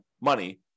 money